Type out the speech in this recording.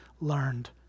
learned